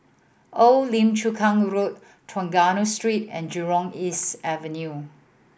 Old Lim Chu Kang Road Trengganu Street and Jurong East Avenue